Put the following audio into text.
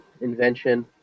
invention